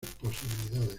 posibilidades